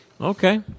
Okay